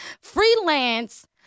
freelance